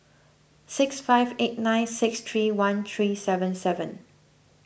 six five eight nine six three one three seven seven